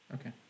Okay